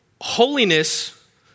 holiness